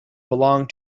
belong